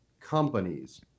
companies